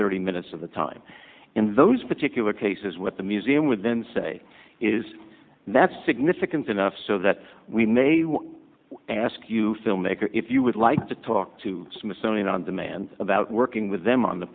thirty minutes of the time in those particular cases with the museum with then say is that significant enough so that we may well ask you filmmaker if you would like to talk to smithsonian on demand about working with them on the